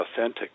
authentic